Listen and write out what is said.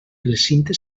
recinte